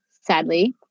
sadly